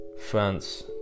France